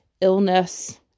illness